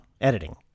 editing